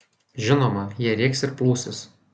žinoma jie rėks ir plūsis